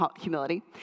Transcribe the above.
humility